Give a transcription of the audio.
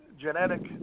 genetic